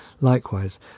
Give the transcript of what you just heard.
likewise